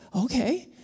Okay